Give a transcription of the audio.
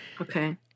Okay